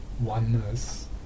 oneness